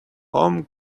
home